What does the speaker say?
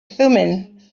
thummim